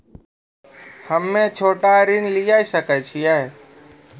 हम्मे छोटा ऋण लिये सकय छियै?